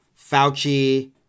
Fauci